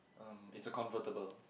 um it's a convertible